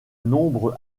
nombre